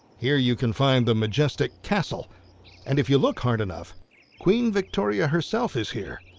here you can find the majestic castle and if you look hard enough queen victoria herself is here,